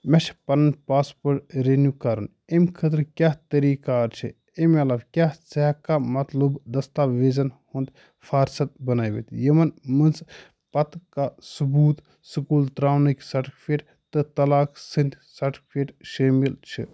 مےٚ چھُ پنُن پاسپورٹ رِنِو کَرُن اَمہ خٲطرٕ کیٛاہ طٔریٖقہ کار چھِ اَمہ علاوٕ کیٛاہ ژٕ ہیٚکہٕ کھا مطلوبہٕ دستاویزن ہنٛد فہرست بنٲیِتھ یِمن منٛز پتہٕ کا ثبوت سُکوٗل ترٛاونٕکۍ سرٹیفکیٹ تہِ طلاق سٕنٛدۍ سرٹیفکیٹ شٲمل چھِ